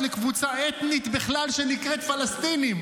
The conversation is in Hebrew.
בכלל לקבוצה אתנית שנקראת פלסטינים,